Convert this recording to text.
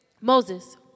Moses